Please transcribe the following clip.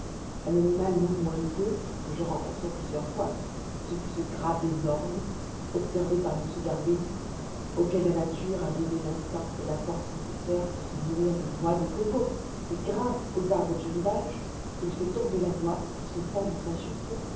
un animal non moins hideux que je rencontrai plusieurs fois ce fut ce crabe énorme observé par m darwin auquel la nature a donné l'instinct et la force nécessaires pour se nourrir de noix de coco il grimpe aux arbres du rivage il fait tomber la noix qui se fend dans sa chute